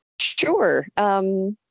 Sure